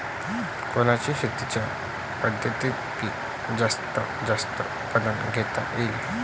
कोनच्या शेतीच्या पद्धतीपायी जास्तीत जास्त उत्पादन घेता येईल?